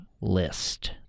list